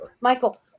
Michael